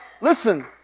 Listen